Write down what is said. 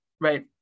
right